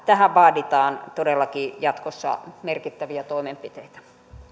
tähän vaaditaan todellakin jatkossa merkittäviä toimenpiteitä